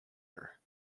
her